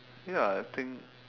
ya I think